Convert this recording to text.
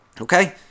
Okay